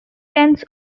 tens